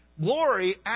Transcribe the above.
glory